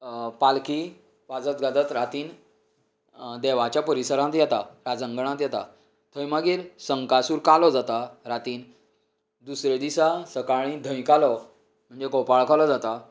पालखी वाजत गाजत रातीन देवाच्या परिसरांत येता राजांगणांत येता थंय मागीर संखासूर कालो जाता रातीन दुसरें दिसा सकाळीं धंय कालो म्हणजे गोपाळ कालो जाता